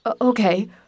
Okay